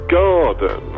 garden